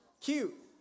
Cute